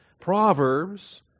Proverbs